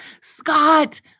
Scott